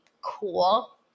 cool